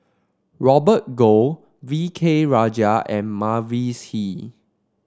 Robert Goh V K Rajah and Mavis Hee